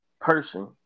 person